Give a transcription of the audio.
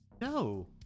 No